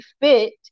fit